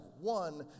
one